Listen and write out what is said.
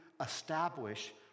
establish